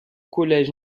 collège